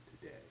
today